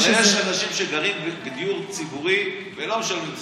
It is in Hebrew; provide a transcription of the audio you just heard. הרי יש אנשים שגרים בדיור ציבורי ולא משלמים שכירות.